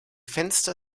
fenster